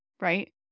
Right